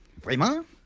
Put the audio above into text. Vraiment